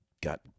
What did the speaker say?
got